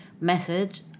message